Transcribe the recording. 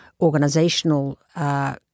organizational